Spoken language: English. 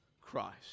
Christ